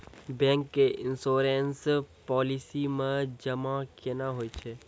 Bank के insurance policy मे जमा केना होय छै?